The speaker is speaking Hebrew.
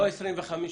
לא 25 אחוזים.